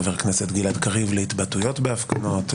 חבר הכנסת גלעד קריב להתבטאויות בהפגנות,